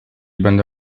będę